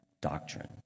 doctrine